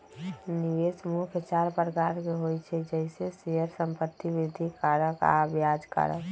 निवेश मुख्य चार प्रकार के होइ छइ जइसे शेयर, संपत्ति, वृद्धि कारक आऽ ब्याज कारक